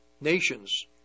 nations